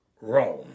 Rome